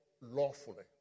lawfully